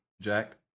Jack